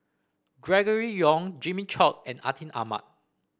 Gregory Yong Jimmy Chok and Atin Amat